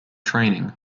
training